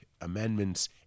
amendments